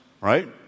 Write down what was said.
right